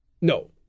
no